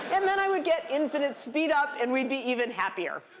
and then i would get infinite speed-up, and we'd be even happier.